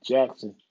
Jackson